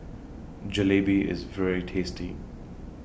Jalebi IS very tasty